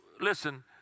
listen